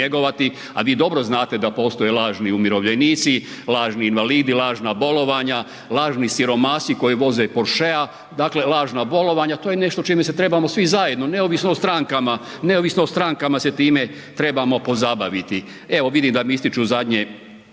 a vi dobro znate da postoje lažni umirovljenici, lažni invalidi, lažna bolovanja, lažni siromasi koji voze porschea, dakle lažna bolovanja, to je nešto čime se trebamo svi zajedno neovisno o stranka, neovisno o strankama se time trebamo pozabaviti. Evo vidim da mi ističu zadnje,